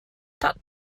tut